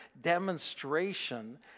demonstration